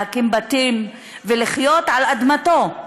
להקים בתים ולחיות על אדמתו.